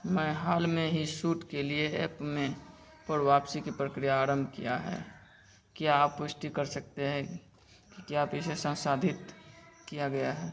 मैं हाल में ही सूट के लिए एपमे पर वापसी की प्रक्रिया आरंभ किया है क्या आप पुष्टि कर सकते हैं कि क्या आप इसे संसाधित किया गया है